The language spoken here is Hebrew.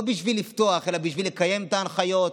לא בשביל לפתוח אלא כדי לקיים את ההנחיות,